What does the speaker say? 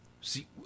See